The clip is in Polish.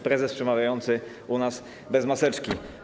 Prezes przemawiający u nas bez maseczki.